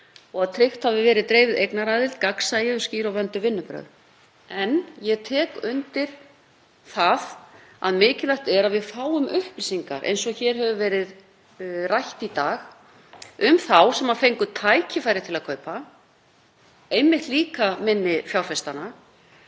og að tryggð hafi verið dreifð eignaraðild, gagnsæi og skýr og vönduð vinnubrögð. En ég tek undir að það er mikilvægt að við fáum upplýsingar, eins og hér hefur verið rætt í dag, um þá sem fengu tækifæri til að kaupa, einmitt líka minni fjárfestana.